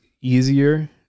easier